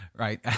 Right